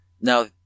Now